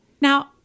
Now